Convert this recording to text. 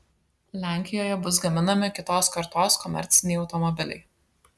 lenkijoje bus gaminami kitos kartos komerciniai automobiliai